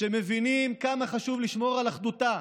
שמבינים כמה חשוב לשמור על אחדותה